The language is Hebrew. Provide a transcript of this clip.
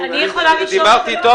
דיברתי איתו,